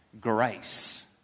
grace